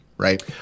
Right